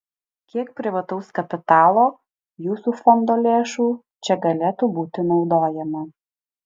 kiek privataus kapitalo jūsų fondo lėšų čia galėtų būti naudojama